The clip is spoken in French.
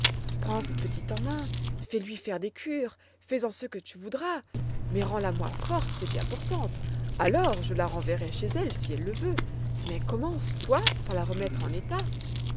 prends cette petite en mains fais-lui faire des cures fais-en ce que tu voudras mais rends la moi forte et bien portante alors je la renverrai chez elle si elle veut mais commence toi par la remettre en état